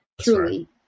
Truly